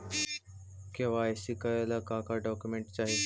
KYC करे ला का का डॉक्यूमेंट चाही?